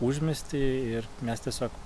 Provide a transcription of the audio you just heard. užmiestyje ir mes tiesiog